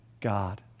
God